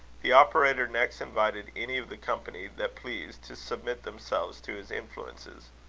the operator next invited any of the company that pleased, to submit themselves to his influences.